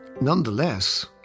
Nonetheless